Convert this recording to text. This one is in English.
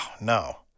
no